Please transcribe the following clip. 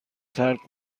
ترک